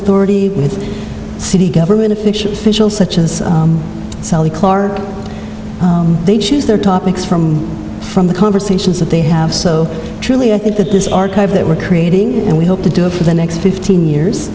authority with city government official officials such as sally clarke they choose their topics from from the conversations that they have so truly i think that this archive that we're creating and we hope to do it for the next fifteen years